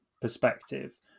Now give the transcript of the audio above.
perspective